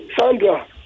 Sandra